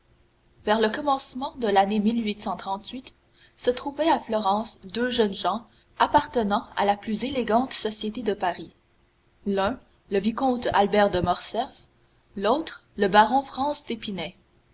vers le commencement de l'année se trouvaient à florence deux jeunes gens appartenant à la plus élégante société de paris l'un le vicomte albert de morcerf l'autre le baron